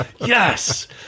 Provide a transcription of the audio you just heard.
Yes